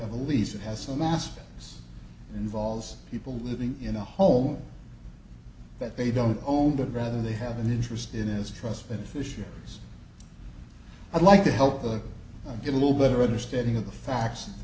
of a lease it has some aspect involves people living in a home that they don't own the brother they have an interest in is trust beneficiaries i'd like to help her get a little better understanding of the facts